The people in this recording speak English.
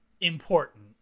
important